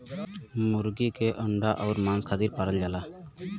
मुरगी के अंडा अउर मांस खातिर पालल जाला